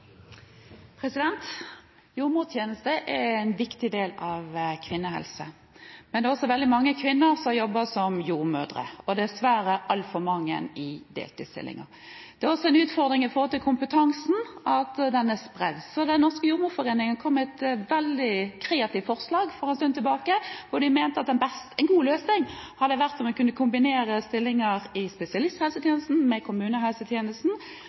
er en viktig del av kvinnehelsen, men det er også veldig mange kvinner som jobber som jordmødre – og dessverre altfor mange i deltidsstillinger. Det er også en utfordring at kompetansen er spredt, så Den norske jordmorforening kom med et veldig kreativt forslag for en stund tilbake: De mente at en god løsning hadde vært å kombinere stillinger i spesialisthelsetjenesten med kommunehelsetjenesten.